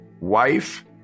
Wife